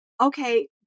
okay